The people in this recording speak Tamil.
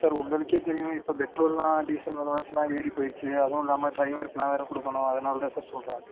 சார் உங்களுக்கே தெரியும் இப்போ பெட்ரோலெல்லாம் டீசல் விலை வாசியெல்லாம் ஏறிப்போய்டுச்சு அதுவும் இல்லாமல் ட்ரைவருக்கெல்லாம் வேறு கொடுக்கணும் அதனால் தான் சார் சொல்கிறேன்